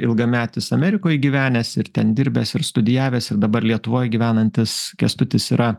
ilgametis amerikoj gyvenęs ir ten dirbęs ir studijavęs ir dabar lietuvoj gyvenantis kęstutis yra